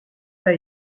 pas